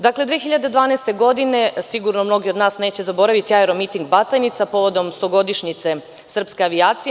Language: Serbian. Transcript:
Dakle, 2012. godine, sigurno mnogi od nas neće zaboraviti aeromiting Batajnica povodom stogodišnjice srpske avijacije.